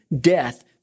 death